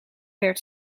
werd